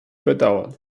bedauern